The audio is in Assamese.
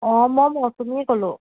অঁ মই মৌচুমীয়েই ক'লোঁ